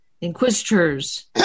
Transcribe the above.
Inquisitors